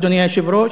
אדוני היושב-ראש.